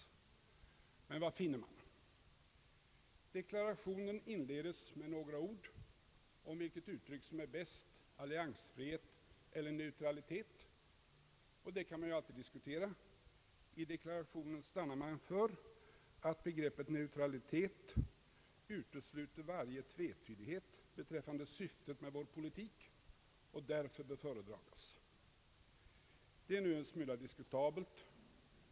Men vad finner man? Deklarationen inleds med några ord om vilket uttryck som är bäst — alliansfrihet eller neutralitet — och det kan man ju alltid diskutera, I deklarationen stannar man för att begreppet neutralitet utesluter varje tvetydighet beträffande syftet med vår politik och därför bör föredragas. Det är nu en smula diskutabelt.